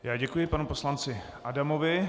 Já děkuji panu poslanci Adamovi.